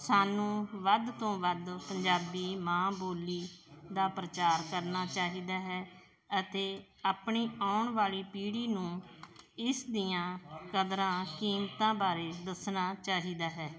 ਸਾਨੂੰ ਵੱਧ ਤੋਂ ਵੱਧ ਪੰਜਾਬੀ ਮਾਂ ਬੋਲੀ ਦਾ ਪ੍ਰਚਾਰ ਕਰਨਾ ਚਾਹੀਦਾ ਹੈ ਅਤੇ ਆਪਣੀ ਆਉਣ ਵਾਲੀ ਪੀੜ੍ਹੀ ਨੂੰ ਇਸ ਦੀਆਂ ਕਦਰਾਂ ਕੀਮਤਾਂ ਬਾਰੇ ਦੱਸਣਾ ਚਾਹੀਦਾ ਹੈ